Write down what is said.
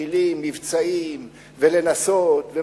מתחילים מבצעים לנסות להשיג,